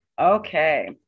Okay